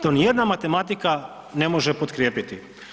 To nijedna matematika ne može potkrijepiti.